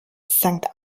sankt